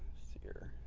see here.